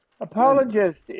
apologist